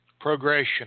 progression